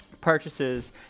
purchases